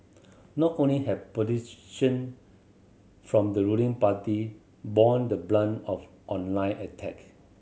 not only have politician from the ruling party borne the brunt of online attack